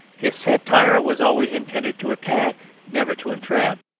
his satire was always intended to attack, never to entrap